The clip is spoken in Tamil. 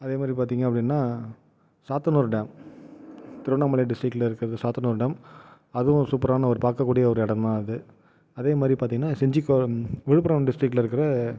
அதேமாதிரி பார்த்திங்க அப்படின்னா சாத்தனூர் டாம் திருவண்ணாமலை டிஸ்ட்ரிக்டில் இருக்கிறது சாத்தனூர் டாம் அதுவும் சூப்பரான ஒரு பார்க்கக்கூடிய ஒரு இடம்தான் அது அதேமாதிரி பார்த்திங்கன்னா செஞ்சி விழுப்புரம் டிஸ்ட்ரிக்டில் இருக்கிற